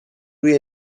روی